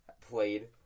played